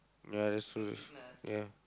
ya that's true ya